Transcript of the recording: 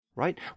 right